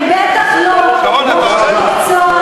הם בטח לא רוכשים מקצוע,